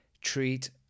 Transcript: treat